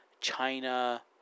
China